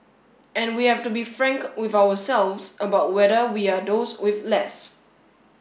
and we have to be frank with ourselves about whether we are those with less